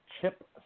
Chip